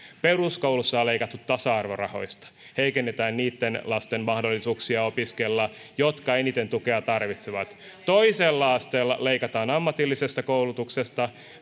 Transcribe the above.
peruskoulussa on leikattu tasa arvorahoista heikennetään niitten lasten mahdollisuuksia opiskella jotka eniten tukea tarvitsevat toisella asteella leikataan ammatillisesta koulutuksesta